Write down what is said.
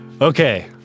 okay